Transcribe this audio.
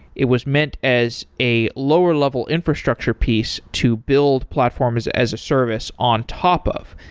it was meant as a lower level infrastructure piece to build platforms as a service on top of,